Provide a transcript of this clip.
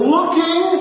Looking